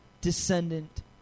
descendant